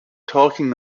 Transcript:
talking